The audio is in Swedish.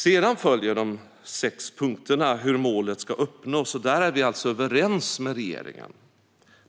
Sedan följer de sex punkterna om hur målet ska uppnås, och där är vi alltså överens med regeringen.